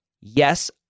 yes